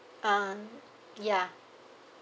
uh ya